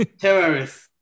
terrorists